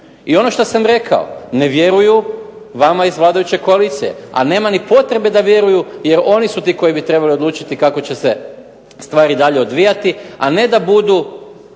I ono šta sam rekao, ne vjeruju vama iz vladajuće koalicije, a nema ni potrebe da vjeruju jer oni su ti koji bi trebali odlučiti kako će se stvari dalje odvijati, a ne da budu